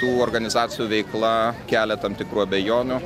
tų organizacijų veikla kelia tam tikrų abejonių